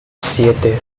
siete